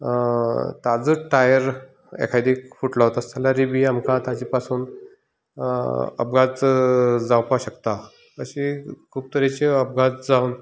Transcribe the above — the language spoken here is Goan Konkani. ताजो टायर एकादी फुटलो आसत जाल्यारूय बी आमकां ताजें पसून अपघात जावपाक शकता तशेंच खूब तरेचे अपघात जावन जातात